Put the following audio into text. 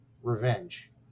revenge